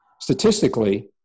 statistically